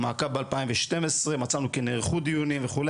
במעקב ב-2012 מצאנו כי נערכו דיונים וכו',